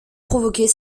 provoquer